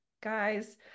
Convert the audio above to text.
guys